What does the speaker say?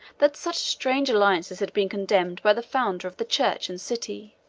that such strange alliances had been condemned by the founder of the church and city.